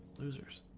losers